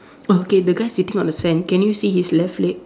oh okay the guy sitting on the sand can you see his left leg